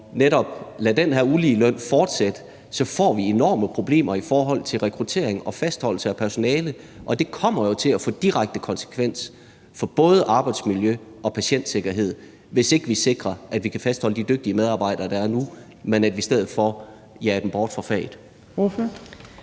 netop lader den her uligeløn fortsætte, får vi enorme problemer i forhold til rekruttering og fastholdelse af personale? Og det kommer jo til at få direkte konsekvenser for både arbejdsmiljø og patientsikkerhed, hvis ikke vi sikrer, at vi kan fastholde de dygtige medarbejdere, der er nu, men i stedet for jager dem bort fra faget.